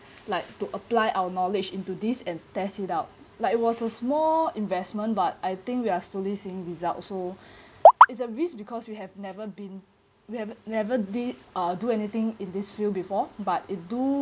like to apply our knowledge into this and test it out like it was a small investment but I think we are slowly seeing results so it's a risk because we have never been we have never did uh do anything in this field before but it do